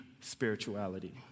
spirituality